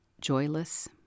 Joyless